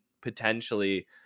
potentially